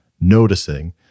noticing